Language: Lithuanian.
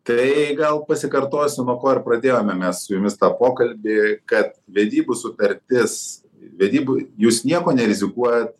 tai gal pasikartosiu nuo ko ir pradėjome mes su jumis tą pokalbį kad vedybų sutartis vedybų jūs niekuo nerizikuojat